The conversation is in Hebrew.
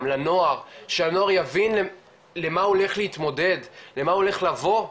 לנוער שהנוער יבין עם מה הוא הולך להתמודד למה הולך לבוא.